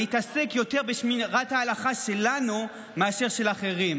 להתעסק יותר בשמירת ההלכה שלנו מאשר של אחרים,